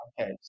Okay